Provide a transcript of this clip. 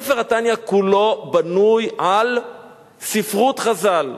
"ספר התניא" כולו בנוי על ספרות חז"ל,